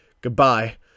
goodbye